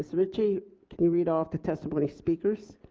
so ritchie can you read off the testimony speakers?